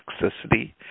toxicity